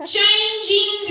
Changing